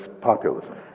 populism